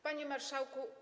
Panie Marszałku!